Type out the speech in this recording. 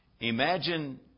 imagine